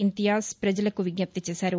ఇంతియాజ్ ప్రజలకు విజ్జప్తి చేశారు